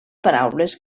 paraules